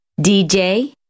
DJ